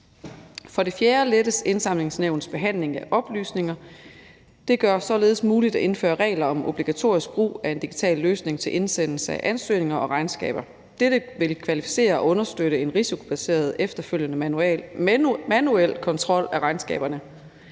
For det fjerde lettes Indsamlingsnævnets behandling af oplysninger. Det gør det således muligt at indføre regler om obligatorisk brug af en digital løsning til indsendelse af ansøgninger og regnskaber. Dette vil kvalificere og understøtte en efterfølgende risikobaseret manuel kontrol af regnskaberne.